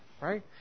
Right